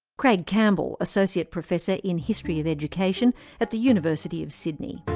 craig campbell, associate professor in history of education at the university of sydney.